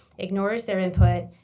ignores their input,